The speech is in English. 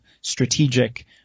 strategic